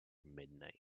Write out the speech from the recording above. midnight